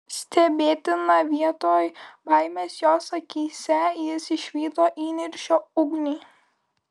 stebėtina vietoj baimės jos akyse jis išvydo įniršio ugnį